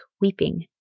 weeping